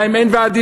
להם אין ועדים,